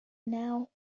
now